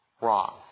wrong